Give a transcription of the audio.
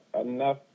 enough